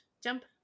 jump